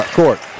court